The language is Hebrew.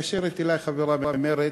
מתקשרת אלי חברה ממרצ,